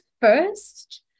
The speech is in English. first